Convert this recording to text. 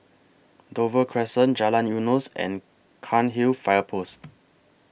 Dover Crescent Jalan Eunos and Cairnhill Fire Post